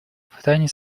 втайне